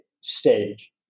stage